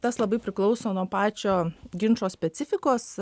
tas labai priklauso nuo pačio ginčo specifikos